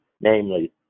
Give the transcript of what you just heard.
namely